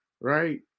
right